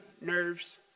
nerves